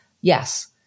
Yes